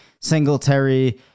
Singletary